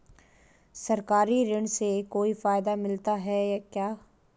सरकारी ऋण से कोई फायदा मिलता है क्या?